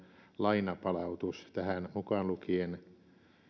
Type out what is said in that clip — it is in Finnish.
lainapalautus tähän mukaan lukien ja